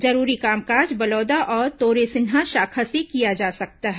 जरूरी कामकाज बलौदा और तोरेसिन्हा शाखा से किए जा सकते हैं